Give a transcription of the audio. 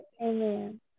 amen